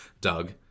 Doug